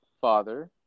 Father